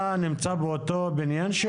אתה נמצא באותו הבניין?